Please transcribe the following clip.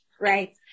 right